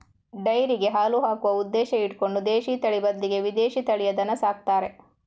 ಡೈರಿಗೆ ಹಾಲು ಹಾಕುವ ಉದ್ದೇಶ ಇಟ್ಕೊಂಡು ದೇಶೀ ತಳಿ ಬದ್ಲಿಗೆ ವಿದೇಶೀ ತಳಿಯ ದನ ಸಾಕ್ತಾರೆ